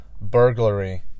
burglary